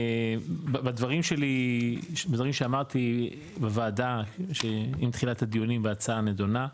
בדברים שלי ,בדברים שאמרתי בוועדה שעם תחילת הדיונים בהצעה הנדונה,